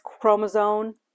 chromosome